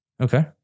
Okay